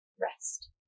rest